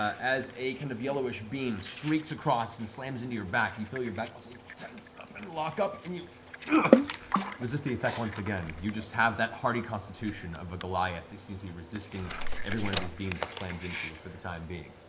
as a kind of yellowish beam streaks across and slams into your back, you feel your back muscles tense up and lock up and you resist the effect once again. you just have that hardy constitution of a goliath who seems to be resisting every one of these beams that slams into you for the time being.